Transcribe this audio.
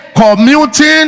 commuting